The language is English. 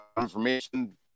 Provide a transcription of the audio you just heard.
information